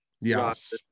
Yes